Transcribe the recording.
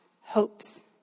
hopes